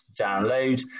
download